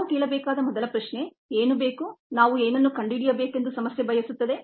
ನಾವು ಕೇಳಬೇಕಾದ ಮೊದಲ ಪ್ರಶ್ನೆ ಏನು ಬೇಕು ನಾವು ಏನನ್ನು ಕಂಡುಹಿಡಿಯಬೇಕೆಂದು ಸಮಸ್ಯೆ ಬಯಸುತ್ತದೆ